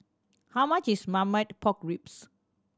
how much is Marmite Pork Ribs